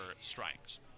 strikes